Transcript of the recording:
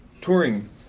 touring